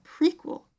prequel